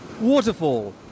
waterfall